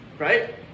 Right